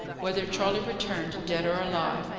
whether charley returned dead or alive,